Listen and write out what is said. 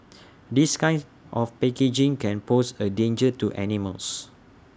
this kind of packaging can pose A danger to animals